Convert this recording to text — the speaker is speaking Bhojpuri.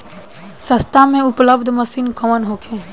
सस्ता में उपलब्ध मशीन कौन होखे?